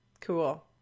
Cool